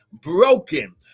broken